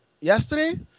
yesterday